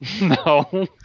No